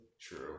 True